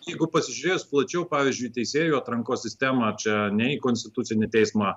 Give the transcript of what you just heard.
jeigu pasižiūrėjus plačiau pavyzdžiui į teisėjų atrankos sistemą čia ne į konstitucinį teismą